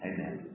Amen